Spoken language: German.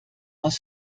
aus